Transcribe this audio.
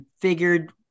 figured